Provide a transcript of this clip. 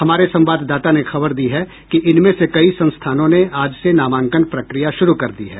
हमारे संवाददाता ने खबर दी है कि इनमें से कई संस्थानों ने आज से नामांकन प्रक्रिया शुरू कर दी है